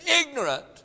ignorant